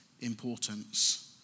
importance